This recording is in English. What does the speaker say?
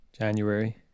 January